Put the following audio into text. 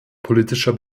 politischer